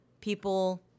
people